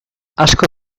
asko